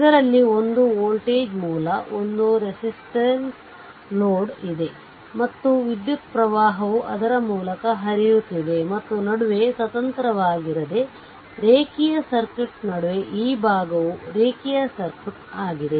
ಇದರಲ್ಲಿ ಒಂದು ವೋಲ್ಟೇಜ್ ಮೂಲ ಒಂದು ಒಂದು ರೆಸಿಸ್ಟರ್ ಲೋಡ್ ಇದೆ ಮತ್ತು ವಿದ್ಯುತ್ ಪ್ರವಾಹವು ಅದರ ಮೂಲಕ ಹರಿಯುತ್ತಿದೆ ಮತ್ತು ನಡುವೆ ಸ್ವತಂತ್ರವಾಗಿರದೆ ರೇಖೀಯ ಸರ್ಕ್ಯೂಟ್ ನಡುವೆ ಈ ಭಾಗವು ರೇಖೀಯ ಸರ್ಕ್ಯೂಟ್ ಆಗಿದೆ